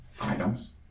items